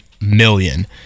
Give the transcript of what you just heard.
million